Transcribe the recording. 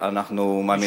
תודה.